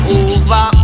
over